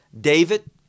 david